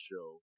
show